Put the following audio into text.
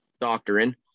doctrine